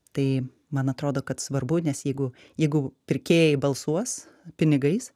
tai man atrodo kad svarbu nes jeigu jeigu pirkėjai balsuos pinigais